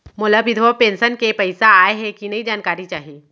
मोला विधवा पेंशन के पइसा आय हे कि नई जानकारी चाही?